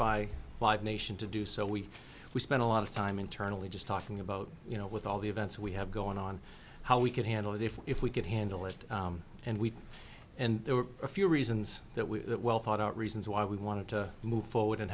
by live nation to do so we we spent a lot of time internally just talking about you know with all the events we have going on how we could handle it if if we could handle it and we and there were a few reasons that we well thought out reasons why we wanted to move forward and